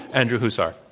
andrew huszar.